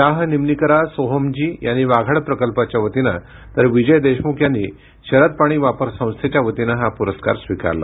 शाह निमनीकरा सोहोमजी यांनी वाघाड प्रकल्पाच्या वतीने तर विजय देशमुख यांनी शरद पाणी वापर संस्थेच्या वतीने हा पुरस्कार स्वीकारला